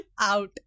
out